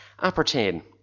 Appertain